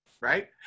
Right